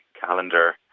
calendar